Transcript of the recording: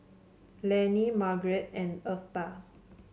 Lannie Margrett and Eartha